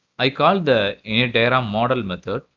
i call the initdiagrammodel method.